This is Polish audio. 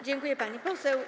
Dziękuję, pani poseł.